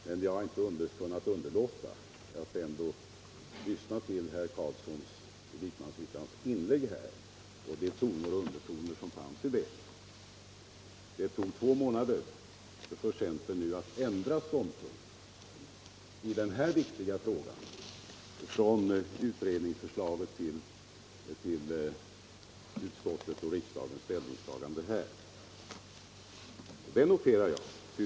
Men jag har inte kunnat underlåta att lyssna till herr Carlssons i Vikmanshyttan inlägg här och de toner och undertoner som fanns i det. Det tog två månader för centern att ändra ståndpunkt i den här viktiga frågan — det noterar jag.